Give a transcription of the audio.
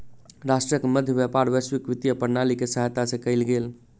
राष्ट्रक मध्य व्यापार वैश्विक वित्तीय प्रणाली के सहायता से कयल गेल